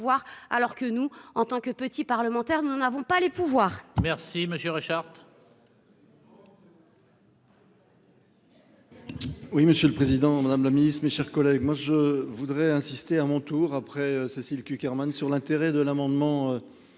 alors que nous, en tant que petit parlementaire nous n'avons pas les pouvoirs.